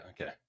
Okay